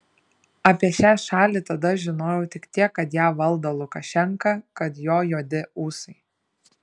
apie šią šalį tada žinojau tik tiek kad ją valdo lukašenka kad jo juodi ūsai